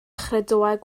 chredoau